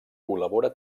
col·labora